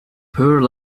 poor